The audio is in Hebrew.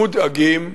המודאגים,